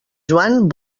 joan